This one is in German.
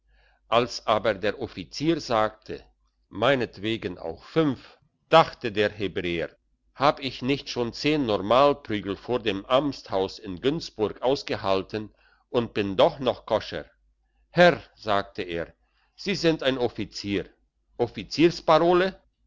als aber der offizier sagte meinetwegen auch fünf dachte der hebräer hab ich nicht schon zehn normalprügel vor dem amtshaus in günzburg ausgehalten und bin doch noch koscher herr sagte er sie sind ein offizier